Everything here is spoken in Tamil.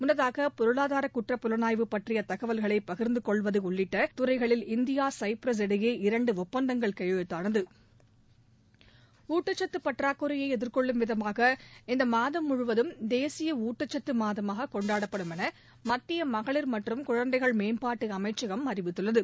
முன்னதாக பொருளாதாரகுற்றப்புலனாய்வு பற்றியதகவல்களைபகிர்ந்தகொள்வதுஉள்ளிட்டதுறைகளில் இந்தியா சைப்ரஸ் இடையே இரண்டுஒப்பந்தங்கள் கையெழுத்தானது ஊட்டச்சத்துபற்றாக்குறையைஎதிர்கொள்ளும் விதமாக இந்தமாதம் முழுவதம் தேசியஊட்டச்சத்துமாதமாககொண்டாடப்படும் எனமத்தியமகளிர் மற்றம் குழந்தைகள் மேம்பாட்டுஅமைச்சகம் அறிவித்துள்ளது